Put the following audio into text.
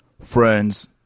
friends